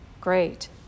great